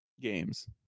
games